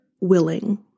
willing